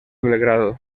belgrado